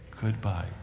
goodbye